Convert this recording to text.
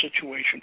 situation